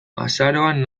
azaroan